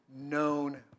known